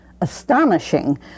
astonishing